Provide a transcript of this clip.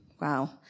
Wow